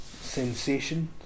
sensation